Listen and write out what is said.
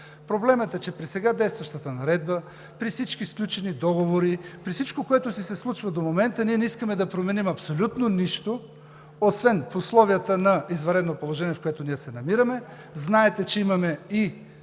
Проблемът е, че при сега действащата наредба, при всички сключени договори и при всичко, което се случва до момента, ние не искаме да променим абсолютно нищо, освен в условията на извънредното положение, в което се намираме, знаете, че имаме и